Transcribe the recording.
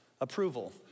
approval